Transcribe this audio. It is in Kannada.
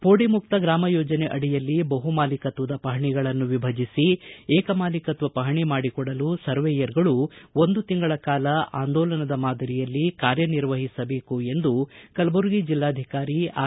ಪೋಡಿ ಮುಕ್ತ ಗ್ರಾಮ ಯೋಜನೆ ಅಡಿಯಲ್ಲಿ ಬಹುಮಾಲೀಕತ್ವದ ಪಹಣಿಗಳನ್ನು ವಿಭಜಿಸಿ ಏಕ ಮಾಲೀಕತ್ವ ಪಹಣಿ ಮಾಡಿಕೊಡಲು ಸರ್ವೇಯರಗಳು ಒಂದು ತಿಂಗಳ ಕಾಲ ಆಂದೋಲನದ ಮಾದರಿಯಲ್ಲಿ ಕಾರ್ಯ ನಿರ್ವಹಿಸಬೇಕು ಎಂದು ಕಲಬುರಗಿ ಜೆಲ್ಲಾಧಿಕಾರಿ ಆರ್